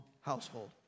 household